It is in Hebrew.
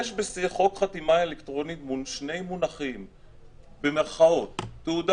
בחוק חתימה אלקטרונית יש שני מונחים במירכאות: "תעודה